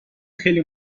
خیلی